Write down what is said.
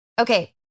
Okay